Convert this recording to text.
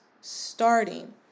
starting